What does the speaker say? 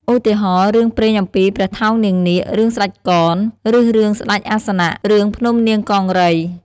ឧទាហរណ៍ រឿងព្រេងអំពីព្រះថោងនាងនាគ រឿងស្តេចកន ឬរឿងស្តេចអាសនៈ រឿងភ្នំនាងកង្រី ។